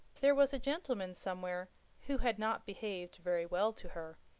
there was a gentleman somewhere who had not behaved very well to her.